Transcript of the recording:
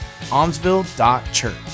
almsville.church